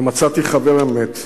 ומצאתי חבר אמת,